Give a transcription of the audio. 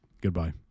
Goodbye